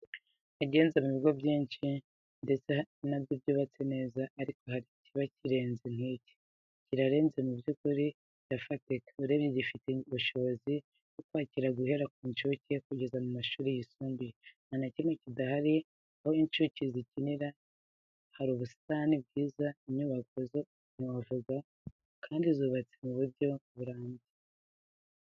Nagenze mu bigo byinshi ndetse na byo byubatse neza ariko hari ikiba kirenze nk'iki. Kirarenze muby'ukuri, kirafatika, urebye gifite ubushobozi bwo kwakira guhera ku ncuke kugeza ku mashuri yisumbuye, ntanakimwe kidahari, aho incuke zikinira hari ubusitani bwiza inyubako zo ntiwavuga kandi zubatse mu buryo burambye.